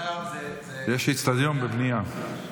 יש אצטדיון בבנייה.